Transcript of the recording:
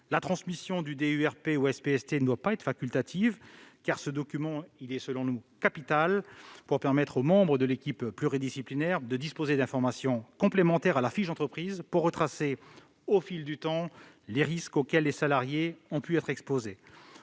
La transmission du DUERP au SPST ne doit pas être facultative, car ce document est, selon nous, capital pour permettre aux membres de l'équipe pluridisciplinaire de disposer d'informations complémentaires à la fiche d'entreprise, et retracer, au fil du temps, les risques auxquels les salariés ont pu être exposés.